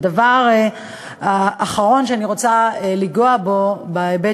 הדבר האחרון שאני רוצה לנגוע בו בהיבט